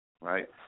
right